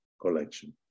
collection